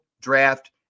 draft